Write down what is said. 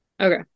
Okay